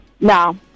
No